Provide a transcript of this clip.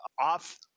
off